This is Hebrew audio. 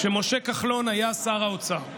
כשמשה כחלון היה שר האוצר.